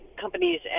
companies